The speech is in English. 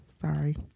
sorry